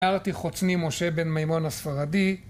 ניערתי חוצני משה בן מימון הספרדי